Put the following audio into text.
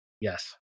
Yes